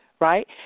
Right